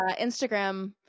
Instagram